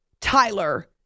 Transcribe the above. Tyler